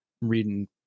reading